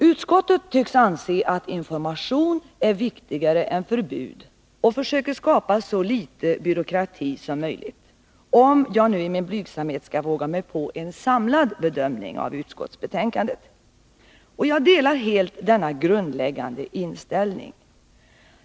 Utskottet tycks anse att information är viktigare än förbud och försöker skapa så litet byråkrati som möjligt — om jag nu i min blygsamhet skall våga mig på en samlad bedömning av utskottsbetänkandet — och jag delar helt denna grundläggande inställning.